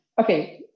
okay